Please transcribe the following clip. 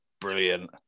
Brilliant